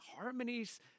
harmonies